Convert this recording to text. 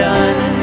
done